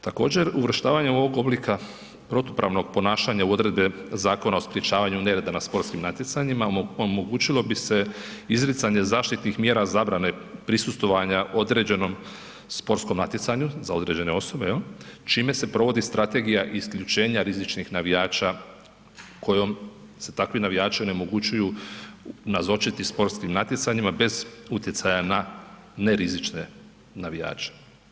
Također uvrštavanje ovog oblika protupravnog ponašanja u odredbe Zakona o sprječavanju nereda na sportskim natjecanjima omogućilo bi se izricanje zaštitnih mjera zabrane prisustvovanja određenom sportskom natjecanju za određene osobe jel, čime se provodi strategija isključenja rizičnih navijača kojom se takvi navijači onemogućuju nazočiti sportskim natjecanjima bez utjecaja na nerizične navijače.